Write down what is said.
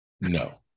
no